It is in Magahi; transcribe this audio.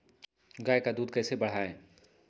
गाय का दूध कैसे बढ़ाये?